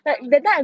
I also not